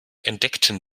entdeckten